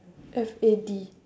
F A D